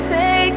say